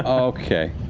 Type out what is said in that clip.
okay.